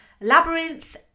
Labyrinth